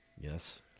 Yes